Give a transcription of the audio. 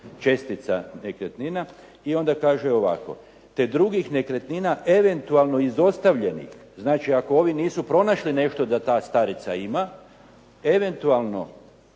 čestica nekretnina i onda kaže ovako, te drugih nekretnina eventualno izostavljenih. Znači ako ovi nisu pronašli nešto da ta starica ima, eventualnog